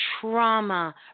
trauma